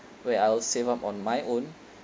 where I'll save up on my own